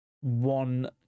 one